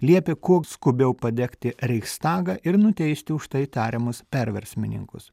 liepė kuo skubiau padegti reichstagą ir nuteisti už tai tariamus perversmininkus